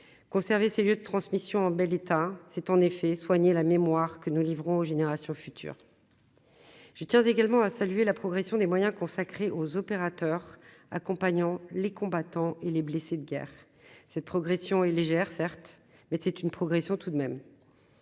conserver ses lieux de transmission en bel état, c'est en effet soigner la mémoire que nous livrons aux générations futures. Je tiens également à saluer la progression des moyens consacrés aux opérateurs accompagnant les combattants et les blessés de guerre, cette progression est légère, certes, mais c'est une progression tout de même